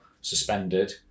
suspended